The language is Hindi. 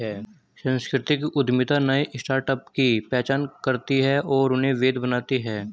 सांस्कृतिक उद्यमिता नए स्टार्टअप की पहचान करती है और उन्हें वैध बनाती है